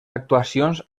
actuacions